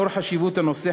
לאור חשיבות הנושא,